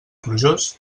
plujós